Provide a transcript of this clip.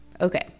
Okay